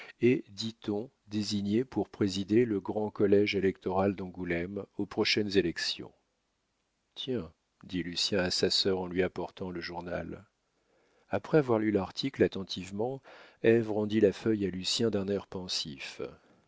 dit-on désigné pour présider le grand collége électoral d'angoulême aux prochaines élections tiens dit lucien à sa sœur en lui apportant le journal après avoir lu l'article attentivement ève rendit la feuille à lucien d'un air pensif